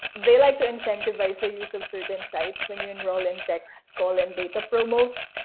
they like to incentivize the use of certain sites when you enroll in text call and data promos.